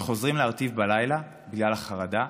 שחוזרים להרטיב בלילה בגלל החרדה,